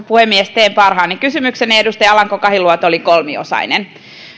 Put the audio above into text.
puhemies teen parhaani kysymyksenne edustaja alanko kahiluoto oli kolmiosainen